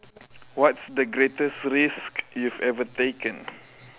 what's the greatest risk you've ever taken